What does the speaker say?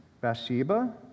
Bathsheba